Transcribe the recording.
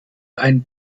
ein